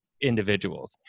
individuals